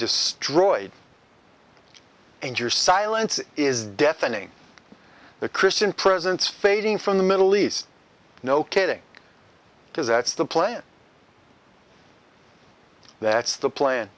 destroyed and your silence is deafening the christian presence fading from the middle east no kidding because that's the plan that's the plan